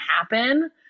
happen